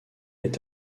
est